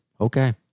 okay